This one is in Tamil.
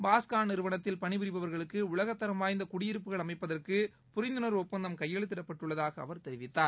பாஸ்கான் நிறுவனத்தில் பணிபுரிபவர்களுக்கு உலக தரம் வாய்ந்த குடியிருப்புகள் அமைப்பதற்கு புரிந்துணர்வு ஒப்பந்தம் கையெத்திடப்பட்டுள்ளதாக அவர் தெரிவித்தார்